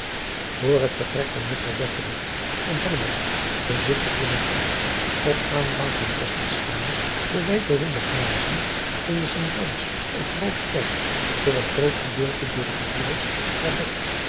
voor het vertrek van juffrouw bertelot en hellemans bezigtigde men echter op aandrang van tesselschade de wijdberoemde glazen in de st jans of groote kerk voor een groot gedeelte door de gebroeders